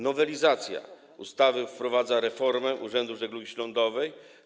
Nowelizacja ustawy wprowadza reformę urzędów żeglugi śródlądowej.